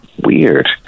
weird